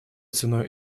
ценой